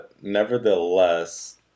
Nevertheless